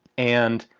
and.